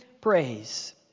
praise